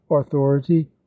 authority